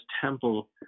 temple